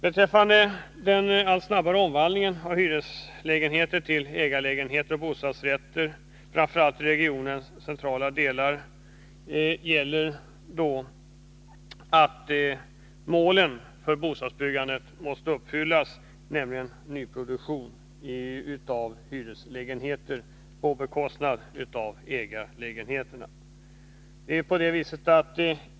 Beträffande den allt snabbare omvandlingen av hyreslägenheter till ägarlägenheter och bostadsrätter, framför allt i regionens centrala delar, gäller att ett av målen för bostadsbyggandet måste uppfyllas, nämligen en nyproduktion av hyreslägenheter på bekostnad av ägarlägenheterna.